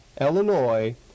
Illinois